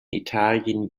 italien